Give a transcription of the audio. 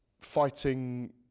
fighting